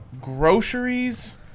groceries